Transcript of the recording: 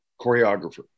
choreographer